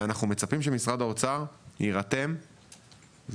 ואנחנו מצפים שמשרד האוצר יירתם ויפעיל